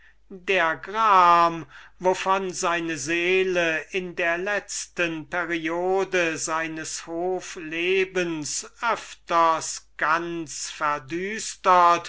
der gram wovon seine seele in der letzten periode seines hof lebens ganz verdüstert